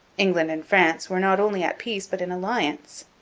england and france were not only at peace but in alliance.